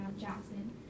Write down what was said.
Jackson